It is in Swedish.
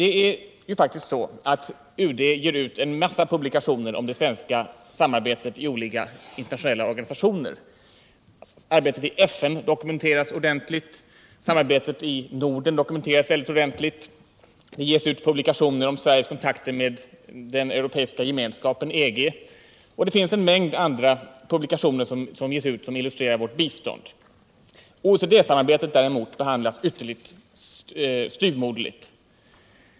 UD utger faktiskt en mängd publikationer om det svenska samarbetet i olika internationella organisationer. Arbetet i FN dokumenteras ordentligt och likaså samarbetet inom Norden. Det ges vidare ut publikationer om Sveriges kontakter med den europeiska gemenskapen, EG, och det finns en mängd publikationer som behandlar vårt bistånd. OECD-samarbetet behandlas däremot ytterligt styvmoderligt.